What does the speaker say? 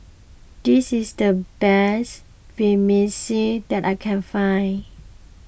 this is the best Vermicelli that I can find